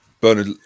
Bernard